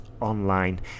online